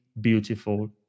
beautiful